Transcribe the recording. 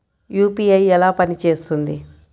UPI ఎలా పనిచేస్తుంది?